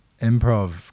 Improv